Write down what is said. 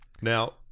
Now